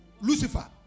Lucifer